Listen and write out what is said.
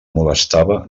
molestava